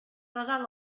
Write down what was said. nadal